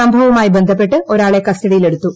സംഭവവുമായി ബന്ധപ്പെട്ട് ഒരാളെ കസ്റ്റഡിയിലെടുത്തു